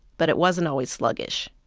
but it wasn't always sluggish.